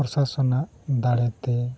ᱯᱨᱚᱥᱟᱥᱚᱱᱟᱜ ᱫᱟᱲᱮᱛᱮ